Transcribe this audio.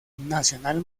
nacional